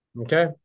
Okay